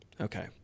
Okay